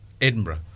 Edinburgh